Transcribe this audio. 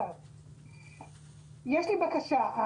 יש לי בקשה.